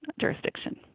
jurisdiction